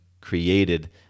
created